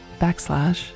backslash